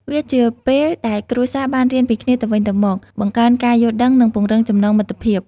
វាជាពេលដែលគ្រួសារបានរៀនពីគ្នាទៅវិញទៅមក បង្កើនការយល់ដឹង និងពង្រឹងចំណងមិត្តភាព។